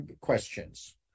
questions